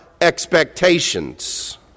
expectations